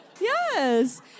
Yes